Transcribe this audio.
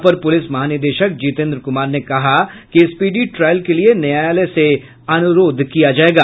अपर प्रलिस महानिदेशक जितेन्द्र कुमार ने कहा कि स्पीडी ट्रायल के लिए न्यायालय से अनुरोध किया जायेगा